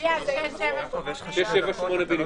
תצביע על 6 ,7 ו-8 בנפרד.